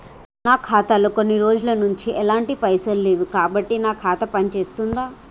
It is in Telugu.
నా ఖాతా లో కొన్ని రోజుల నుంచి ఎలాంటి పైసలు లేవు కాబట్టి నా ఖాతా పని చేస్తుందా?